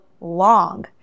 long